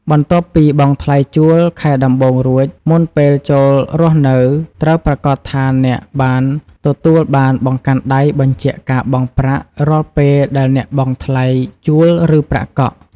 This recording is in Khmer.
បន្ទាប់ពីបង់ថ្លៃជួលខែដំបូងរួច មុនពេលចូលរស់នៅ ត្រូវប្រាកដថាអ្នកបានទទួលបានបង្កាន់ដៃបញ្ជាក់ការបង់ប្រាក់រាល់ពេលដែលអ្នកបង់ថ្លៃជួល ឬប្រាក់កក់។